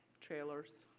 trailers.